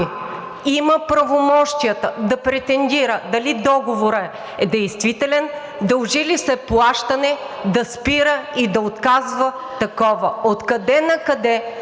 има правомощията да претендира дали договорът е действителен, дължи ли се плащане, да спира и да отказва такова. Откъде накъде